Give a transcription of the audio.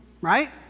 Right